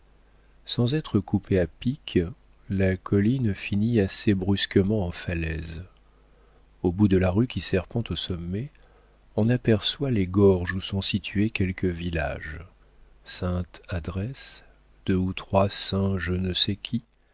sans être coupée à pic la colline finit assez brusquement en falaise au bout de la rue qui serpente au sommet on aperçoit les gorges où sont situés quelques villages sainte adresse deux ou trois